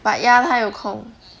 but ya 她有空